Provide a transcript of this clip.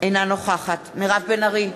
אינה נוכחת מירב בן ארי,